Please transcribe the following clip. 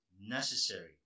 necessary